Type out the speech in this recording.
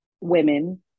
women